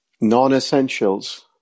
non-essentials